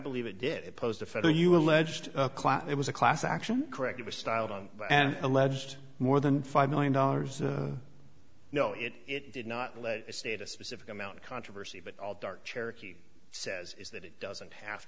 believe it did it posed a feather you alleged it was a class action correct it was styled on alleged more than five million dollars no it it did not let it state a specific amount of controversy but all dark cherokee says is that it doesn't have